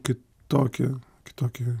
kitokią kitokią